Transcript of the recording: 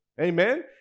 Amen